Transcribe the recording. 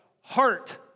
heart